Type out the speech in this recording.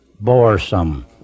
boresome